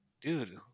Dude